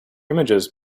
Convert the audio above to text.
images